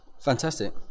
Fantastic